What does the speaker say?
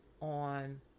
on